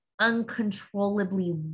uncontrollably